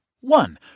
One